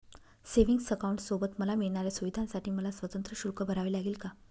Savings अकाउंटसोबत मला मिळणाऱ्या सुविधांसाठी मला स्वतंत्र शुल्क भरावे लागेल का?